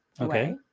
Okay